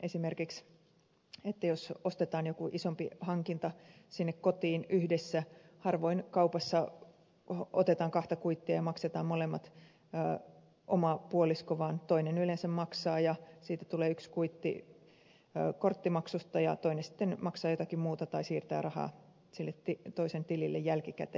esimerkiksi jos tehdään jokin isompi hankinta sinne kotiin yhdessä harvoin kaupassa otetaan kahta kuittia ja maksetaan molemmat oma puolisko vaan toinen yleensä maksaa ja siitä tulee yksi kuitti korttimaksusta ja toinen sitten maksaa jotakin muuta tai siirtää rahaa maksajan tilille jälkikäteen